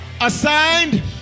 assigned